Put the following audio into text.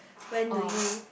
when do you